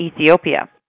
Ethiopia